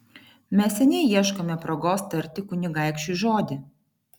mes seniai ieškome progos tarti kunigaikščiui žodį